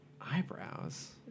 Eyebrows